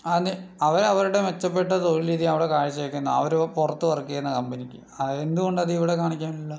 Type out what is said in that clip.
അതിന് അവര് അവരുടെ മെച്ചപ്പെട്ട തൊഴിൽ രീതി അവിടെ കാഴ്ച വക്കുന്നു അവര് പുറത്ത് വർക്ക് ചെയ്യണ കമ്പനിക്ക് അത് എന്ത് കൊണ്ട് ഇവിടെ കാണിക്കാനില്ല